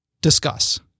Discuss